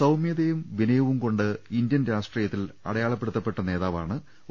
സൌമൃതയും വിനയവുംകൊണ്ട് ഇന്ത്യൻ രാഷ്ട്രീയത്തിൽ അടയാളപ്പെടുത്തപ്പെട്ട നേതാവാണ് ഒ